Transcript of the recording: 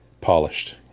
polished